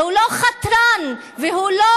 הוא לא חתרן, והוא לא